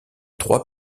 trois